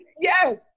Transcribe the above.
yes